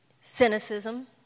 cynicism